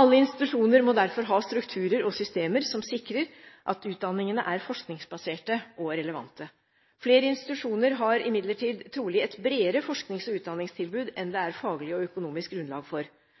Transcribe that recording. Alle institusjoner må derfor ha strukturer og systemer som sikrer at utdanningene er forskningsbaserte og relevante. Flere institusjoner har imidlertid trolig et bredere forsknings- og utdanningstilbud enn det er faglig og økonomisk grunnlag for.